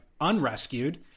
unrescued